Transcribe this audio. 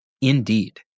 indeed